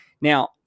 Now